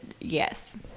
Yes